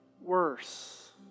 worse